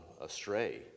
astray